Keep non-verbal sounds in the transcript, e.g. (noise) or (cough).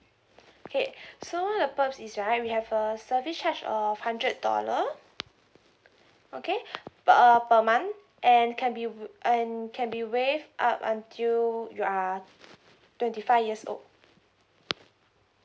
okay so one of the perks is right we have a service charge of hundred dollar okay (breath) p~ uh per month and can be w~ and can be waived up until you are twenty five years old